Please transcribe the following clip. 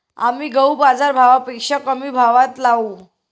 आम्ही गहू बाजारभावापेक्षा कमी भावात लावू